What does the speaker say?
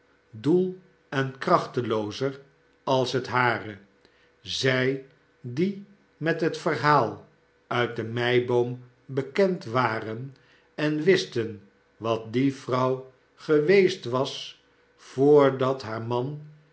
doel en krachteloozer als het hare zij die met het verhaal uit de meiboom bekend waren en wisten wat die vrouw geweest was voordat haar man